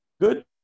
good